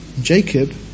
Jacob